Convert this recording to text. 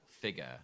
figure